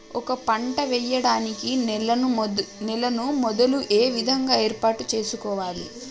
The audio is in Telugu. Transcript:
ఒక పంట వెయ్యడానికి నేలను మొదలు ఏ విధంగా ఏర్పాటు చేసుకోవాలి?